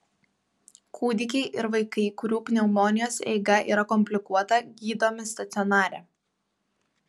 kūdikiai ir vaikai kurių pneumonijos eiga yra komplikuota gydomi stacionare